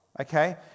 okay